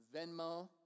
Venmo